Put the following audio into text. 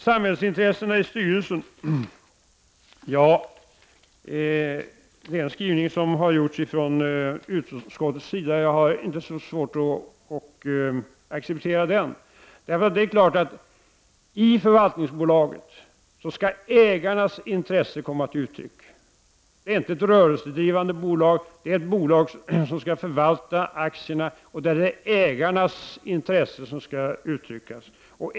Samhällsintressena i styrelsen: Ja, jag har inte så svårt att acceptera utskottsmajoritetens skrivning. Det är klart att ägarnas intressen skall komma till uttryck i förvaltningsbolaget. Det är inte ett rörelsedrivande bolag utan ett bolag som skall förvalta aktierna och tillvarata ägarnas intressen.